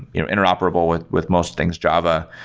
you know interoperable with with most things java.